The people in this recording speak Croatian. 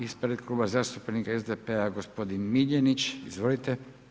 Ispred Kluba zastupnika SDP-a, gospodin Miljenić, izvolite.